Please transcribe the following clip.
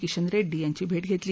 किशन रेड्डी यांची भेट घेतली